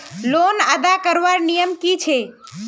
Loan अदा करवार नियम की छे?